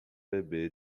bebê